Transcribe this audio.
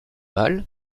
mal